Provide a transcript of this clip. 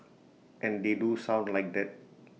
and they do sound like that